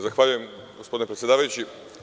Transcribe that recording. Zahvaljujem gospodine predsedavajući.